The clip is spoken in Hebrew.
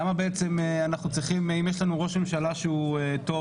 למה בעצם אנחנו צריכים אם יש לנו ראש ממשלה שהוא טוב,